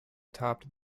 topped